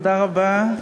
תודה רבה.